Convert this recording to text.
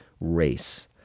race